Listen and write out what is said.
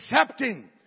accepting